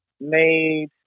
Made